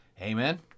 Amen